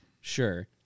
Sure